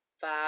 five